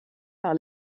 par